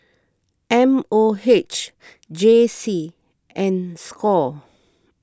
M O H J C and Score